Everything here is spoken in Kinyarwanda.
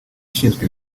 ishinzwe